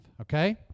Okay